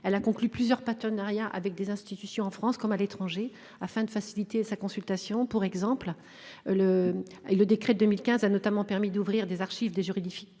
Elle a conclu plusieurs partenariats avec des institutions en France comme à l'étranger afin de faciliter sa consultation pour exemple le et le décret de 2015 a notamment permis d'ouvrir des archives des juridictions